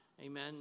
amen